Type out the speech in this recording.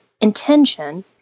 intention